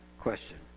question